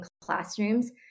classrooms